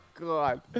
God